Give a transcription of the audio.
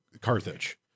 Carthage